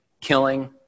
killing